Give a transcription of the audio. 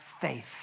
faith